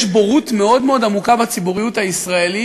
יש בורות מאוד מאוד עמוקה בציבוריות הישראלית,